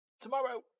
Tomorrow